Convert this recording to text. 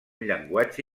llenguatge